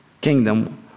kingdom